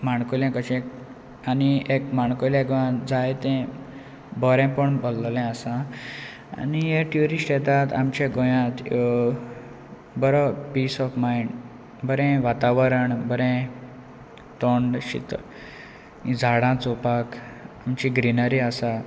माणकुलें कशे आनी माणकुलें गोंयांत जाय तें बरेंपण भरलेलें आसा आनी हे ट्युरिस्ट येतात आमच्या गोंयांत बरो पीस ऑफ मांयड बरें वातावरण बरें थंड शितळ झाडां चोवपाक आमची ग्रिनरी आसा